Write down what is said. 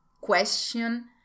question